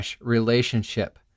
relationship